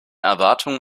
erwartung